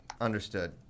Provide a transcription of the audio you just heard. understood